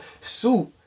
suit